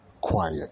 Quiet